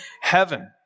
heaven